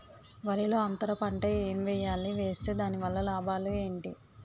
వరిలో అంతర పంట ఎం వేయాలి? వేస్తే దాని వల్ల లాభాలు ఏంటి?